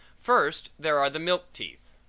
first there are the milk teeth.